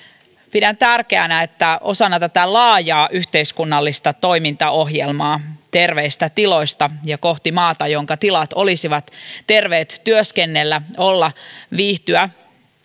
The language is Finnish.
pidän tärkeänä että osana tätä laajaa yhteiskunnallista toimintaohjelmaa terveistä tiloista ja kohti maata jonka tilat olisivat terveet työskennellä olla viihtyä